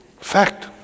Fact